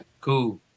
Cool